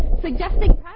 suggesting